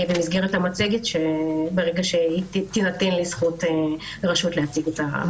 במסגרת המצגת ברגע שתינתן לי רשות להציג אותה.